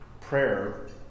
prayer